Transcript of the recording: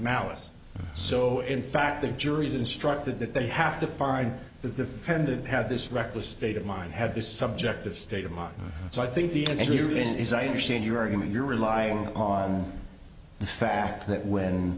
malice so in fact the jury's instructed that they have to find the defendant had this reckless state of mind had the subject of state of mind so i think the jury is i understand your argument you're relying on the fact that when